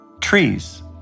trees